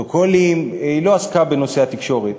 הפרוטוקולים, לא עסקה בנושא התקשורת.